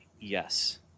yes